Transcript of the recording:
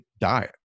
diet